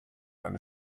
eine